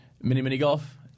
Mini-mini-golf